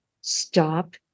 stop